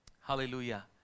hallelujah